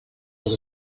was